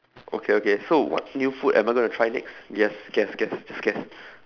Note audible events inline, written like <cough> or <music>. <breath> okay okay so what new food am I going to try next yes guess guess just guess